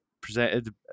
presented